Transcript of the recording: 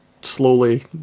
slowly